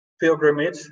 pilgrimage